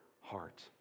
heart